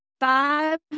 five